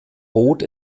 boot